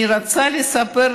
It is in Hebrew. אני רוצה לספר,